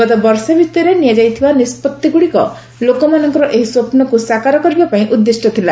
ଗତ ବର୍ଷେ ଭିତରେ ନିଆଯାଇଥିବା ନିଷ୍କତିଗୁଡ଼ିକ ଲୋକମାନଙ୍କର ଏହି ସ୍ୱପ୍କୁ ସାକାର କରିବା ପାଇଁ ଉଦ୍ଦିଷ୍ଟ ଥିଲା